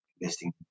investing